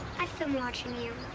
i've been watching you.